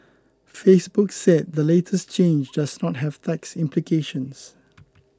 Facebook said the latest change does not have tax implications